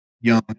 young